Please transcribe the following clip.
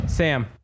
Sam